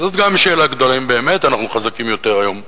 זו גם שאלה גדולה אם באמת אנחנו חזקים יותר היום,